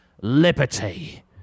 liberty